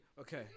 Okay